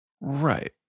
Right